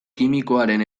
kimikoaren